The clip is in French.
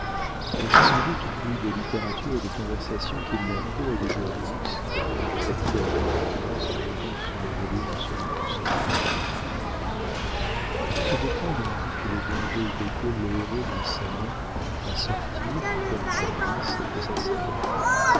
voici sans doute plus de littérature et de conversation qu'il n'en faut à des joueurs de whist ajouta-t-il avec impertinence en jetant son volume sur la console ce détail indique les dangers que court le héros d'un salon à sortir comme canalis de sa sphère